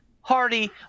Hardy